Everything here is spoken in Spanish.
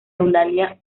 eulalia